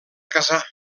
casar